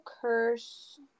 curse